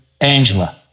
Angela